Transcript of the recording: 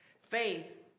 Faith